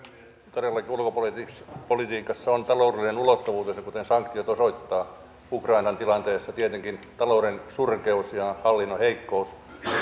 todellakin ulkopolitiikassa on taloudellinen ulottuvuutensa kuten sanktiot osoittavat ukrainan tilanteessa tietenkin talouden surkeus ja hallinnon heikkous